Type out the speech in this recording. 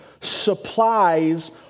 supplies